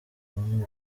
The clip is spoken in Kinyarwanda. brown